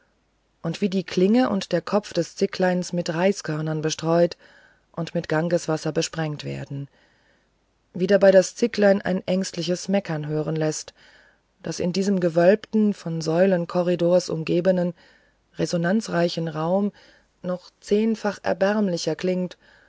und wie die klinge und der kopf des zickleins mit reiskörnern bestreut und mit gangeswasser besprengt werden wie dabei das zicklein ein ängstliches meckern hören läßt das in diesem gewölbten von säulenkorridors umgebenen resonanzreichen raum noch zehnfach erbärmlicher klingt